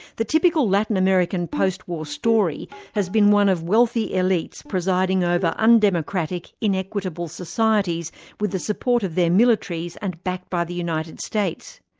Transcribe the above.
the typical latin american post-war story has been one of wealthy elites presiding over undemocratic, inequitable societies with the support of their militaries and backed by the united states.